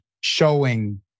showing